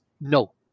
no